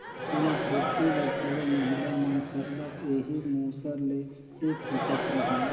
कोदो भुरडी ल घलो महिला मन सरलग एही मूसर ले ही कूटत रहिन